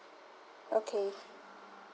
okay